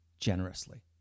generously